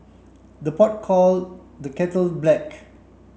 the pot call the kettle black